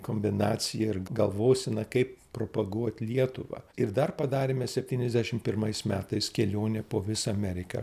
kombinacija ir galvosena kaip propaguot lietuvą ir dar padarėme septyniasdešimt pirmais metais kelionė po visą ameriką